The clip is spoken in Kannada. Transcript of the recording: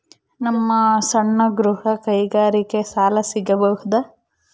ನಮ್ಮ ಸಣ್ಣ ಗೃಹ ಕೈಗಾರಿಕೆಗೆ ಸಾಲ ಸಿಗಬಹುದಾ?